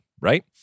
right